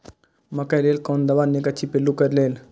मकैय लेल कोन दवा निक अछि पिल्लू क लेल?